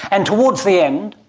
and towards the end,